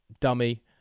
dummy